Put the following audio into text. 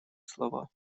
слова